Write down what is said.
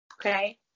Okay